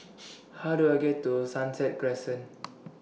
How Do I get to Sunset Crescent